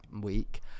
week